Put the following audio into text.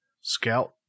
Scout